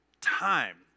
time